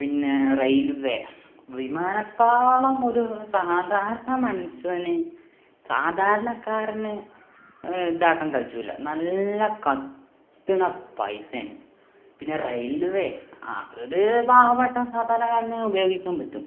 പിന്നെ റെയിൽവേ വിമാനത്താവളം ഒരു സാധാരണ മന്സന് സാധാരണക്കാരന് ഇതാക്കാൻ കജൂല്ല നല്ല കത്തുന്ന പൈസയാണ് പിന്നെ റയിൽവേ അതൊരു പാവപ്പെട്ട സാധാരണക്കാരന് ഉപയോഗിക്കാൻ പറ്റും